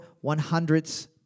one-hundredths